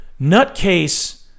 nutcase